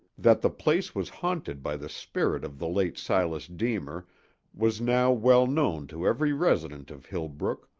that the place was haunted by the spirit of the late silas deemer was now well known to every resident of hillbrook,